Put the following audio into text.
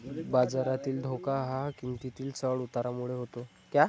बाजारातील धोका हा किंमतीतील चढ उतारामुळे होतो